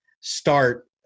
start